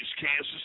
Kansas